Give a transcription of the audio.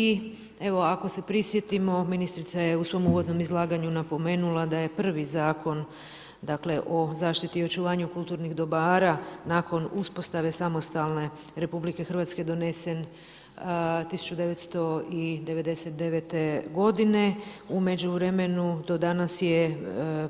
I evo ako se prisjetimo, ministrica je u svom uvodnom izlaganju napomenula da je prvi Zakon o zaštiti i očuvanju kulturnih dobara nakon uspostave samostalne RH donesen 1999. g. u međuvremenu do danas je